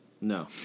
No